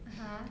(uh huh)